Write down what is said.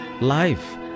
life